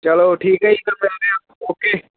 ਚਲੋ ਠੀਕ ਹੈ ਜੀ ਫਿਰ ਮਿਲਦੇ ਆ ਓਕੇ